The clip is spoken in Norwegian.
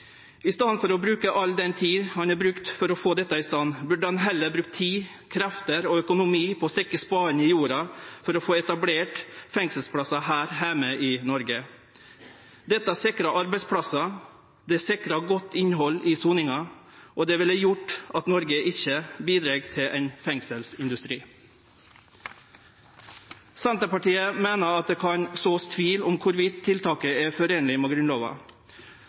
I staden for å bruke all den tida ein har brukt for å få dette i stand, burde ein heller ha brukt tid, krefter og økonomi på å stikke spaden i jorda for å få etablert fengselsplassar her heime i Noreg. Dette sikrar arbeidsplassar, det sikrar godt innhald i soninga, og det ville gjort at Noreg ikkje bidreg til ein fengselsindustri. Senterpartiet meiner at ein kan så tvil om tiltaket er i samsvar med Grunnlova.